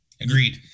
Agreed